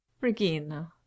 regina